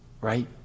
right